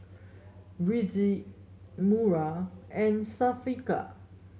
Rizqi Wira and Syafiqah